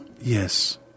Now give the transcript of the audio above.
Yes